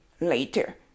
later